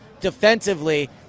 defensively